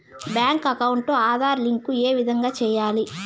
Bank account Aadhaar link ఏ విధంగా సెయ్యాలి?